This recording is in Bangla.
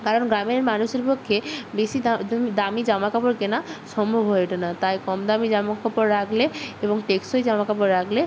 কারণ গ্রামের মানুষের পক্ষে বেশি দা দামি দামি জামা কাপড় কেনা সম্ভব হয়ে ওঠে না তাই কম দামি জামা কাপড় রাখলে এবং টেকসই জামা কাপড় রাখলে